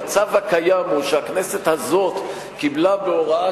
המצב הקיים הוא שהכנסת הזאת קיבלה בהוראת